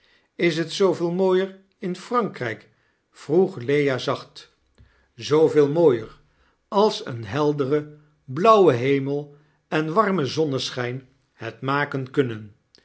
is het zooveel mooier in fr vroeg lea zacht zooveel mooier als een heldere blauwe hemel en warme zonneschijn het maken kunnen